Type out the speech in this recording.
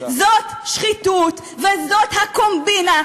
זאת שחיתות וזאת הקומבינה,